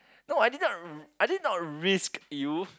no I didn't r~ I did not risk you